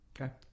Okay